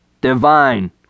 Divine